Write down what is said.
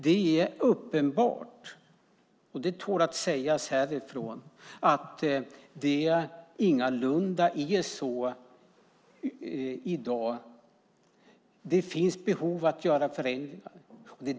Det är uppenbart - det tål att sägas härifrån - att det finns behov av att göra förändringar.